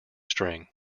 string